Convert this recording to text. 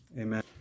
Amen